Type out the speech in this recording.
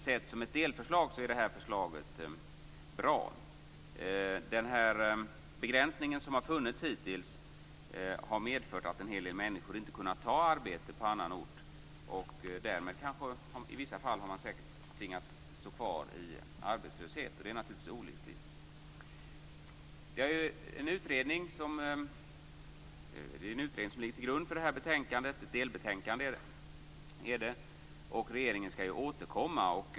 Sett som ett delförslag är detta förslag bra. Den begränsning som hittills har funnits har medfört att en hel del människor inte har kunnat ta arbete på annan ort, och i vissa fall har en del tvingats stå kvar i arbetslöshet - vilket naturligtvis är olyckligt. Det finns en utredning som har lagt fram ett delbetänkande som ligger till grund för detta betänkande. Regeringen skall återkomma.